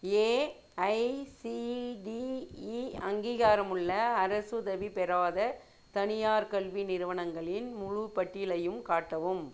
AICTE அங்கீகாரமுள்ள அரசுதவி பெறாத தனியார் கல்வி நிறுவனங்களின் முழுப் பட்டியலையும் காட்டவும்